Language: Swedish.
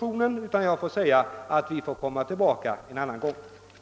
Jag kan därför nu bara säga att vi får återkomma till denna fråga vid något annat tillfälle.